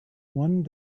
one